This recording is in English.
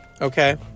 okay